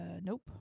nope